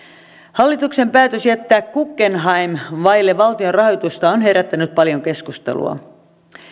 hallituksen päätös jättää guggenheim vaille valtion rahoitusta on herättänyt paljon keskustelua